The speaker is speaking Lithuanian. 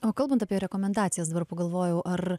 o kalbant apie rekomendacijas dabar pagalvojau ar